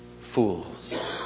fools